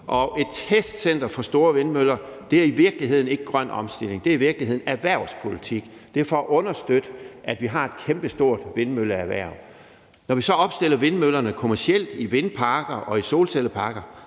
Og et testcenter for store vindmøller er i virkeligheden ikke grøn omstilling; det er i virkeligheden erhvervspolitik. Det er for at understøtte, at vi har et kæmpestort vindmølleerhverv. Når vi så opstiller vindmøllerne kommercielt i vindmølleparker,